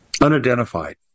unidentified